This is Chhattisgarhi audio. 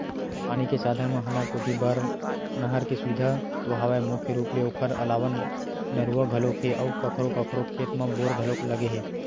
पानी के साधन म हमर कोती बर नहर के सुबिधा तो हवय मुख्य रुप ले ओखर अलावा नरूवा घलोक हे अउ कखरो कखरो खेत म बोर घलोक लगे हे